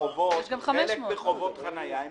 ויש גם 500. חלק מחובות החניה הם